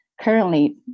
currently